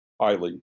highly